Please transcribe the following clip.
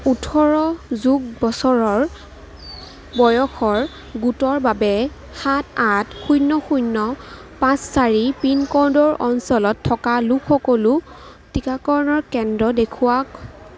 ওঠৰ যোগ বছৰৰ বয়সৰ গোটৰ বাবে সাত আঠ শূন্য শূন্য পাঁচ চাৰি পিন ক'ডৰ অঞ্চলত থকা লোক সকলো টীকাকৰণ কেন্দ্ৰ দেখুৱাওক